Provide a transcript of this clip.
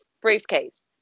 briefcase